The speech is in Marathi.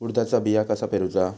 उडदाचा बिया कसा पेरूचा?